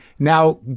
Now